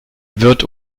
wird